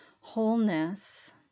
wholeness